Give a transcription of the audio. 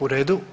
U redu.